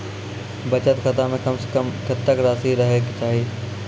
बचत खाता म कम से कम कत्तेक रासि रहे के चाहि?